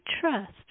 trust